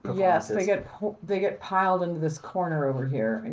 yes, they get they get piled into this corner over here.